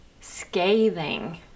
scathing